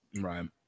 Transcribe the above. Right